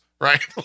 right